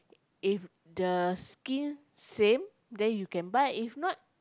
if the skin same then you can buy if not